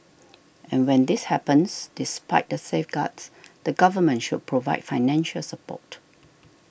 and when this happens despite the safeguards the Government should provide financial support